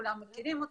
כולם מכירים אותו,